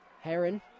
Heron